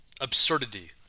absurdity